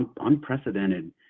unprecedented